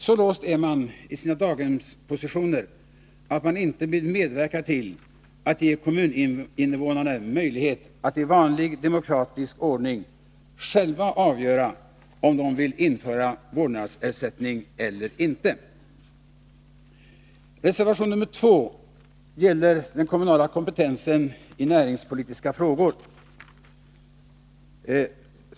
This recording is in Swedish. Så låst är man i sina daghemspositioner att man inte vill medverka till att ge kommuninnevånarna möjlighet att i vanlig demokratisk ordning själva avgöra om de vill införa vårdnadsersättning eller inte.